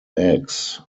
eggs